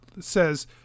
says